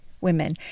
women